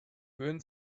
würden